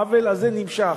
העוול הזה נמשך,